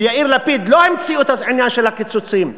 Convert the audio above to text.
ויאיר לפיד לא המציאו את העניין של הקיצוצים.